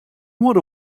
what